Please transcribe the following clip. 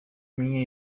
minha